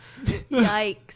Yikes